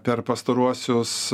per pastaruosius